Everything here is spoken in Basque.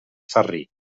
sarri